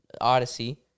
Odyssey